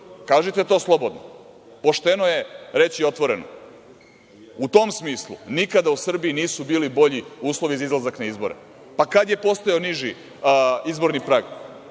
kažite to slobodno. Pošteno je reći otvoreno. U tom smislu, nikada u Srbiji nisu bili bolji uslovi za izlazak na izbore. Pa kad je postojao niži izborni prag?